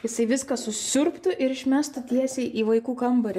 jisai viską susiurbtų ir išmestų tiesiai į vaikų kambarį